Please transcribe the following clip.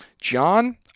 John